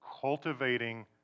cultivating